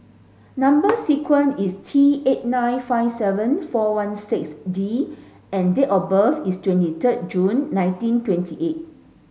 number sequence is T eight nine five seven four one six D and date of birth is twenty third June nineteen twenty eight